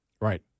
Right